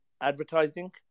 advertising